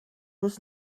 was